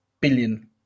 billion